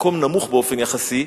מקום נמוך באופן יחסי,